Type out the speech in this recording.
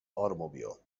automobile